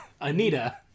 Anita